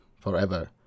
forever